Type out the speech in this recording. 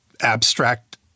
abstract